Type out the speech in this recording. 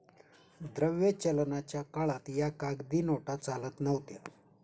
द्रव्य चलनाच्या काळात या कागदी नोटा चालत नव्हत्या